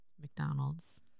McDonald's